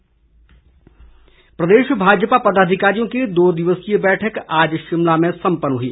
भाजपा बैठक प्रदेश भाजपा पदाधिकारियों की दो दिवसीय बैठक आज शिमला में सम्पन्न हुई